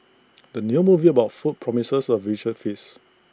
the new movie about food promises A visual feast